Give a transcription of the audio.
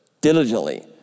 diligently